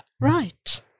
Right